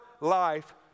life